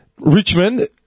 Richmond